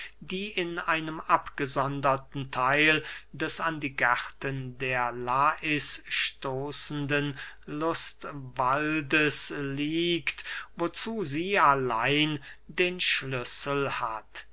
die in einem abgesonderten theil des an die gärten der lais stoßenden lustwaldes liegt und wozu sie allein den schlüssel hat